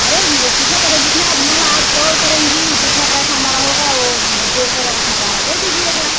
अरे कितना पड़ रहा जितना आप मला आप सोर करेंगी जितना पैसा हमारा होगा वह जो कर आप हमारा दे दीजिएगा